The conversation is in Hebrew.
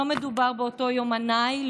לא מדובר באותו יומנאי,